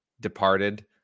departed